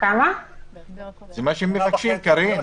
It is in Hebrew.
זה מה שהם מבקשים, קארין.